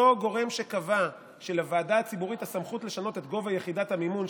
אותו גורם שקבע שלוועדה הציבורית הסמכות לשנות את גובה יחידת המימון,